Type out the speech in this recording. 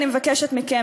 אני מבקשת מכם,